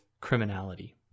criminality